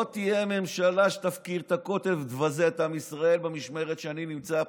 לא תהיה ממשלה שתפקיר את הכותל ותבזה את עם ישראל במשמרת שאני נמצא פה,